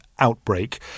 outbreak